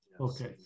Okay